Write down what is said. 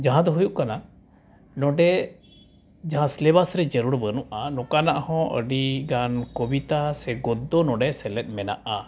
ᱡᱟᱦᱟᱸᱫᱚ ᱦᱩᱭᱩᱜ ᱠᱟᱱᱟ ᱱᱚᱸᱰᱮ ᱡᱟᱦᱟᱸ ᱥᱤᱞᱮᱵᱟᱥᱨᱮ ᱡᱟᱹᱨᱩᱲ ᱵᱟᱹᱱᱩᱜᱼᱟ ᱱᱚᱝᱠᱟᱱᱟᱜ ᱦᱚᱸ ᱟᱹᱰᱤᱜᱟᱱ ᱠᱚᱵᱤᱛᱟ ᱥᱮ ᱜᱚᱫᱽᱫᱚ ᱱᱚᱸᱰᱮ ᱥᱮᱞᱮᱫ ᱢᱮᱱᱟᱜᱼᱟ